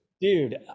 Dude